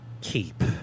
keep